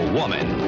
woman